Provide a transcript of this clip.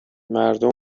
مردم